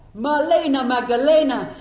marlene ah magdalena,